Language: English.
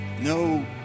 No